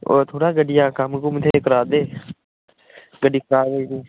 होर थोह्ड़ा गड्डियै कम्म कुम थोह्ड़ा करा दे गड्डी खराब होई ना